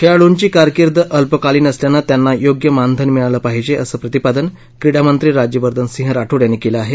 खेळाडूंची कारकीर्द अल्पकालीन असल्यानं त्यांना योग्य मानधन मिळालं पाहिजे असं प्रतिपादन क्रीडामंत्री राज्यवर्धन सिंह राठोड यांनी केलं आहे